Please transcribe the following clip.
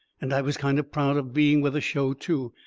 and i was kind of proud of being with a show, too.